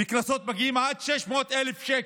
וקנסות מגיעים עד 600,000 שקלים.